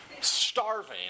starving